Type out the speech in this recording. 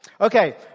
okay